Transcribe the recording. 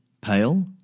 pale